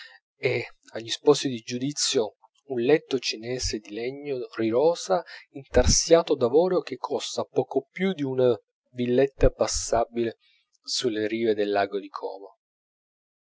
e agli sposi di giudizio un letto chinese di legno di rosa intarsiato d'avorio che costa poco più di una villetta passabile sulle rive del lago di como